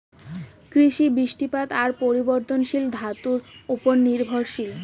কৃষি, বৃষ্টিপাত আর পরিবর্তনশীল ঋতুর উপর নির্ভরশীল